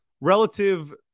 relative